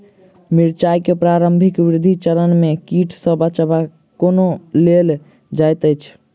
मिर्चाय केँ प्रारंभिक वृद्धि चरण मे कीट सँ बचाब कोना कैल जाइत अछि?